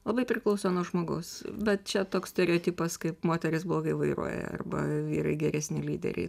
labai priklauso nuo žmogaus bet čia toks stereotipas kaip moteris blogai vairuoja arba vyrai geresni lyderiai